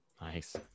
Nice